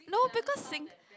no because sing~